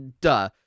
duh